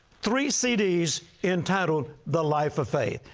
three cds entitled the life of faith,